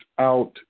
out